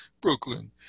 Brooklyn